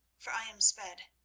for i am sped,